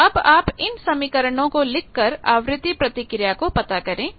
तो अब आप इन समीकरणों को लिखकरआवृत्ति प्रतिक्रिया को पता करें